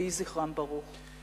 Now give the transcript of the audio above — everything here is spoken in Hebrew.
יהי זכרם ברוך.